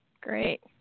Great